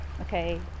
Okay